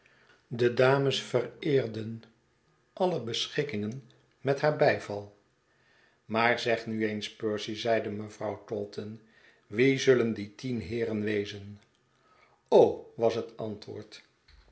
de dames vereerden alle beschikkingen met haar bijval maar zeg nu eens percy zeide mevrouw taunton wie zullen die tien heeren wezen was het antwoord